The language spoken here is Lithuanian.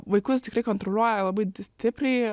vaikus tikrai kontroliuoja labai stipriai